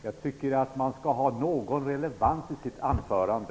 Jag tycker att man skall ha någon relevans i sitt anförande.